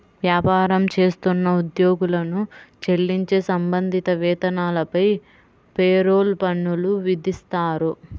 వ్యాపారం చేస్తున్న ఉద్యోగులకు చెల్లించే సంబంధిత వేతనాలపై పేరోల్ పన్నులు విధిస్తారు